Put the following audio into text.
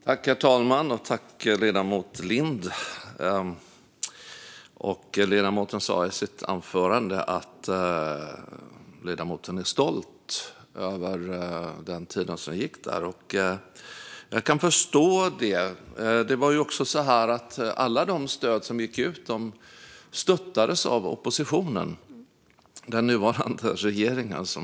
Herr talman! Ledamoten sa i sitt anförande att hon var stolt över den här tiden. Jag kan förstå det. Alla stöd som gick ut stöttades ju också av oppositionen, alltså den nuvarande regeringen.